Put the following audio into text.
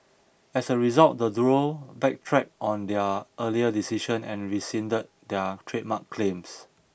as a result the duo backtracked on their earlier decision and rescinded their trademark claims